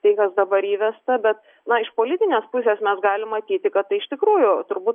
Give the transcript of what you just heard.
tai kas dabar įvesta bet na iš politinės pusės mes galim matyti kad tai iš tikrųjų turbūt